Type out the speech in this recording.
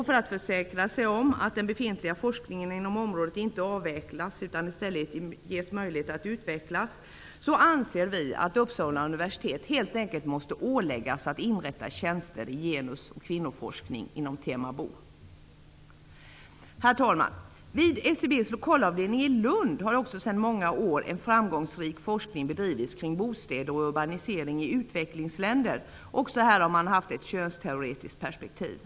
För att försäkra sig om att den befintliga forskningen inom området inte avvecklas utan i stället ges möjlighet att utvecklas, anser vi att Uppsala universitet helt enkelt måste åläggas att inrätta tjänster i genus/kvinnoforskning inom Tema Herr talman! Vid SIB:s lokalavdelning i Lund har också sedan många år en framgångsrik forskning bedrivits kring bostäder och urbanisering i utvecklingsländer. Också här har man haft ett könsteoretiskt perspektiv.